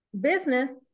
business